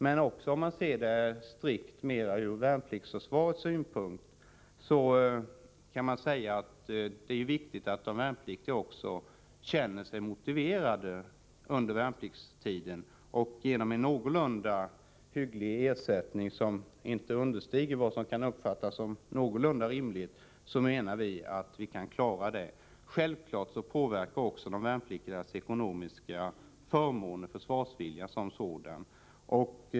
Men om man ser det mer strikt ur värnpliktsförsvarets synpunkt kan man säga att det är viktigt att de värnpliktiga också känner sig motiverade under värnpliktstiden, genom att de får en någorlunda hygglig ersättning som inte understiger vad som kan uppfattas som någorlunda rimligt. Vi menar att vi kan klara det. Självfallet påverkar också de värnpliktigas ekonomiska förmåner försvarsviljan som sådan.